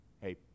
Hey